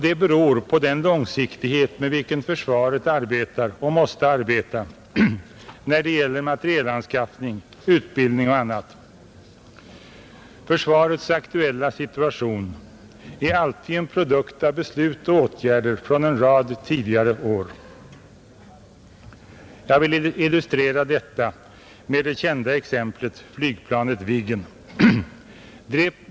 Det beror på den långsiktighet med vilken försvaret arbetar och måste arbeta när det gäller materielanskaffning, utbildning och annat. Försvarets aktuella situation är alltid en produkt av beslut och åtgärder från en rad tidigare år. Jag vill illustrera detta med det kända exemplet flygplanet Viggen.